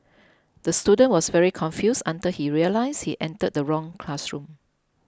the student was very confused until he realised he entered the wrong classroom